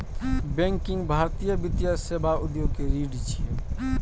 banking भारतीय वित्तीय सेवा उद्योग के रीढ़ छियै